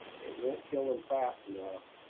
it won't kill them fast enough.